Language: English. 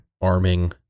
Arming